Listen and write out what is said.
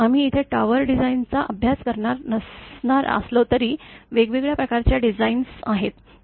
आम्ही इथे टॉवर डिझाइनचा अभ्यास करणार नसणार असलो तरी वेगवेगळ्या प्रकारच्या डिझाइन्स आहेत